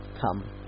come